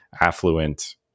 affluent